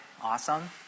Awesome